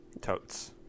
Totes